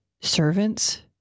servants